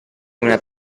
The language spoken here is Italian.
una